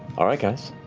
all right guys,